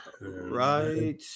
Right